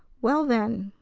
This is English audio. well, then,